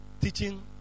teaching